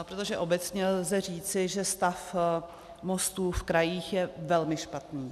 Protože obecně lze říci, že stav mostů v krajích je velmi špatný.